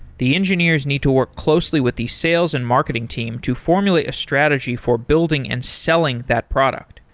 the engineers need to work closely with these sales and marketing team to formulate a strategy for building and selling that product.